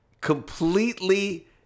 completely